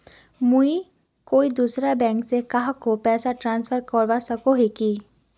मुई कोई दूसरा बैंक से कहाको पैसा ट्रांसफर करवा सको ही कि?